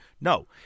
No